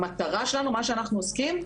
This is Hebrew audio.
המטרה שלנו ומה שאנחנו עוסקים בו,